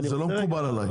זה לא מקובל עליי.